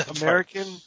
American